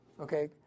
Okay